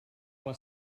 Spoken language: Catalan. les